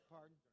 Pardon